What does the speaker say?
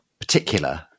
particular